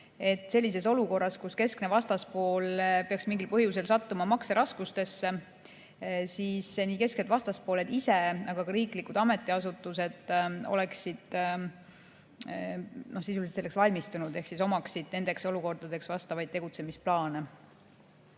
sellises olukorras, kus keskne vastaspool peaks mingil põhjusel sattuma makseraskustesse, oleksid nii kesksed vastaspooled ise, aga ka riiklikud ametiasutused sisuliselt selleks valmistunud ehk omaksid nendeks olukordadeks vastavaid tegutsemisplaane.